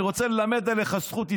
אני רוצה ללמד עליך זכות,